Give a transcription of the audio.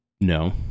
No